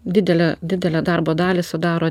didelę didelę darbo dalį sudaro